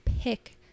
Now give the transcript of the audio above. pick